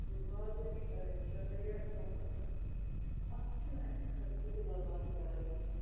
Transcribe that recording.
یہِ باغبٲنی کَرٕنۍ چھےٚ واریاہ سَہل اَتھ چھُنہٕ اَسہِ خرچہِ تہِ لَگان زیادٕ کیٚنٛہہ